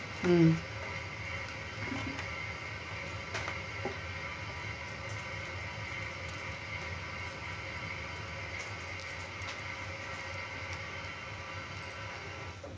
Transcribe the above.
mm